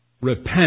Repent